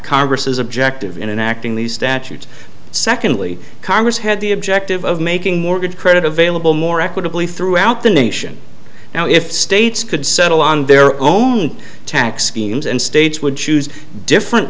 congress's objective in an acting the statute secondly congress had the objective of making mortgage credit available more equitably throughout the nation now if states could settle on their own tax schemes and states would choose different